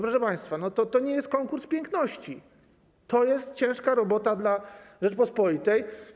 Proszę państwa, to nie jest konkurs piękności, to jest ciężka robota dla Rzeczypospolitej.